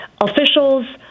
Officials